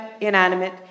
inanimate